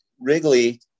Wrigley